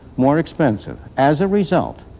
more expensive. as a result,